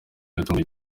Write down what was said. yatunguwe